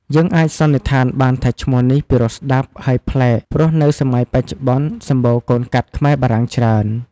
យើងអាចសន្និដ្ឋានបានថាឈ្មោះនេះពិរោះស្ដាប់ហើយប្លែកព្រោះនៅសម័យបច្ចុប្បន្នសំបូរកូនកាត់ខ្មែរបារាំងច្រើន។